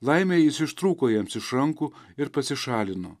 laimė jis ištrūko jiems iš rankų ir pasišalino